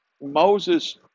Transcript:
Moses